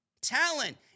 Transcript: Talent